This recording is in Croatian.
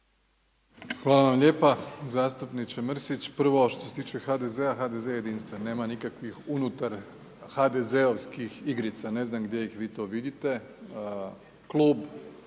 Hvala vam lijepa, zastupniče Mrsić. Prvo što se tiče HDZ-a, HDZ je jedinstven nema nikakvih unutar HDZ-ovskih igrica, ne znam gdje ih vi to vidite,